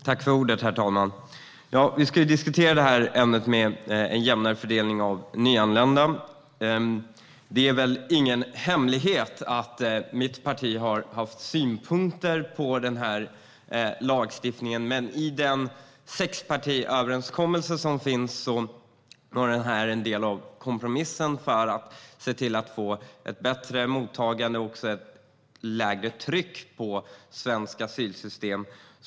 Herr talman! Vi ska diskutera ämnet en jämnare fördelning av nyanlända. Det är ingen hemlighet att mitt parti har haft synpunkter på denna lagstiftning, men i den sexpartiöverenskommelse som finns var detta en del av kompromissen för att se till att få ett bättre mottagande och ett lägre tryck på svenskt asylsystem.